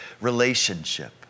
relationship